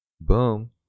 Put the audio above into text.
Boom